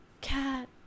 cat